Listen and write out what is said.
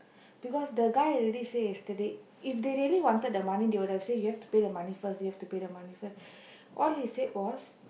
because the guy already say yesterday if they really wanted the money they would have say you have to pay the money first you have to pay the money first all he said was